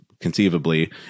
conceivably